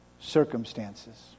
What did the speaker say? circumstances